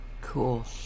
Cool